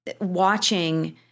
watching